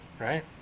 Right